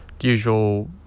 usual